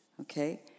okay